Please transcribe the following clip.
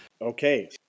Okay